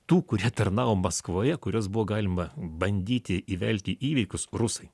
tų kurie tarnavo maskvoje kuriuos buvo galima bandyti įvelti į įvykius rusai